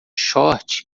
short